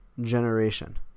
generation